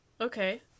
okay